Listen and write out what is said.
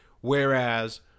Whereas